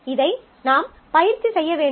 இதை நாம் பயிற்சி செய்ய வேண்டும்